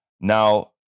Now